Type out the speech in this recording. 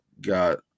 got